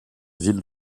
ville